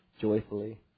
joyfully